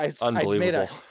Unbelievable